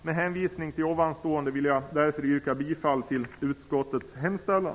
Med hänvisning till det sagda yrkar jag bifall till utskottets hemställan.